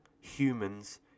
humans